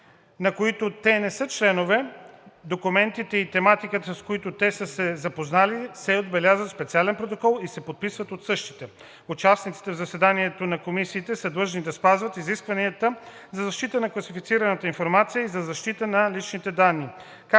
на които те не са членове, документите и тематиката, с които те са се запознали, се отбелязват в специален протокол и се подписват от същите. (9) Участващите в заседанията на комисиите са длъжни да спазват изискванията за защита на класифицираната информация и за защита на личните данни,